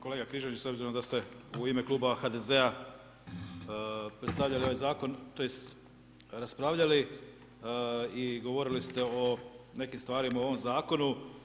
Kolega Križanić, s obzirom da ste u ime kluba HDZ-a predstavljali ovaj zakon, tj. raspravljali i govorili ste o nekim stvarima u ovom zakonu.